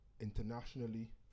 Internationally